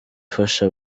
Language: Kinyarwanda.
ifasha